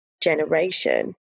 generation